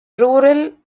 rural